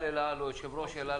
מנכ"ל אל על או יושב-ראש אל על,